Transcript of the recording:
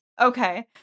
Okay